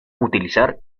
utilizar